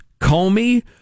Comey